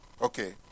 Okay